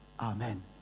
Amen